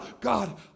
God